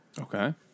Okay